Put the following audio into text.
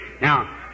Now